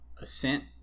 ascent